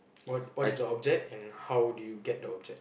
what what is the object and how do you get the object